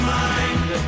mind